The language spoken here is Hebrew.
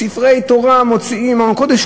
ספרי תורה מוציאים מארון קודש,